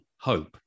hope